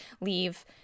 leave